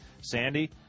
Sandy